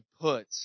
put